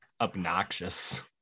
obnoxious